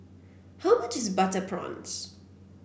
how much is Butter Prawns